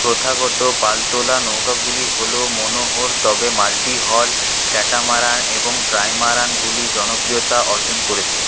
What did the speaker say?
প্রথাগত পালতোলা নৌকাগুলি হল মোনোহাল তবে মাল্টি হাল ক্যাটামারান এবং ট্রাইমারানগুলি জনপ্রিয়তা অর্জন করেছে